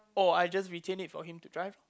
or I just retain it for him to drive ah